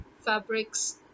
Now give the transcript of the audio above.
fabrics